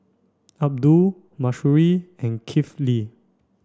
Abdul Mahsuri and Kifli